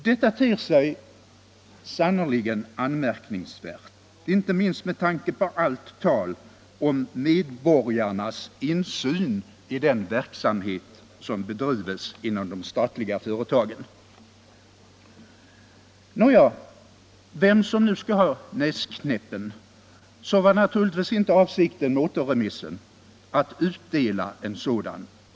Detta ter sig sannerligan anmärkningsvärt, inte minst med tanke på allt tal om medborgarnas insyn i den verksamhet som bedrivs inom de statliga företagen. Nåja, vem som nu än skall ha näsknäppen var naturligtvis inte avsikten med återremissen att utdela en sådan.